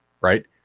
right